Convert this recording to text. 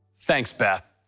thanks, beth.